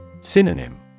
Synonym